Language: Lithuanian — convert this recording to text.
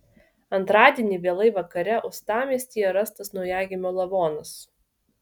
antradienį vėlai vakare uostamiestyje rastas naujagimio lavonas